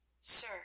Sir